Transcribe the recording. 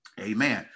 Amen